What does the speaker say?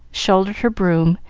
shouldered her broom,